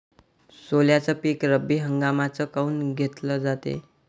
सोल्याचं पीक रब्बी हंगामातच काऊन घेतलं जाते?